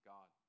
God